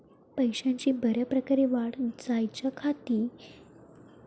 पशूंची बऱ्या प्रकारे वाढ जायच्या खाती त्यांका कसला पशुखाद्य दिऊचा?